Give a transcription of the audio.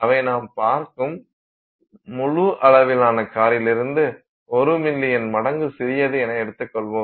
அவை நாம் பார்க்கும் முழு அளவிலான காரிலிருந்து 1 மில்லியன் மடங்கு சிறியது என எடுத்துக்கொள்வோம்